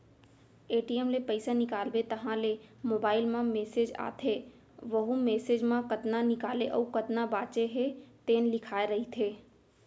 ATM ले पइसा निकालबे तहाँ ले मोबाईल म मेसेज आथे वहूँ मेसेज म कतना निकाले अउ कतना बाचे हे तेन लिखाए रहिथे